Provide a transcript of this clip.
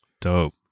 Dope